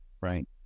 Right